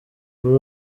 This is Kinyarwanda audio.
kuri